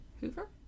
Hoover